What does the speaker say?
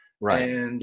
Right